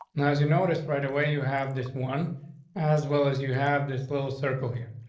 and as you notice right away. you have this one as well as you have this little circle here.